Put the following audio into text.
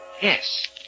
Yes